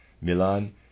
Milan